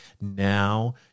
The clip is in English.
now